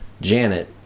Janet